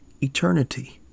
eternity